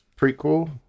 prequel